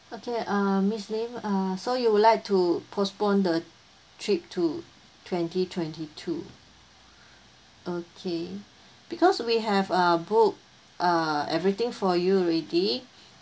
okay err miss lim err so you would like to postpone the trip to twenty twenty two okay because we have uh book err everything for you already